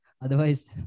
Otherwise